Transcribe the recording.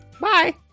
bye